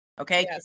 Okay